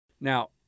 Now